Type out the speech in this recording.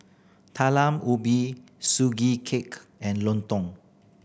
Talam Ubi Sugee Cake and lontong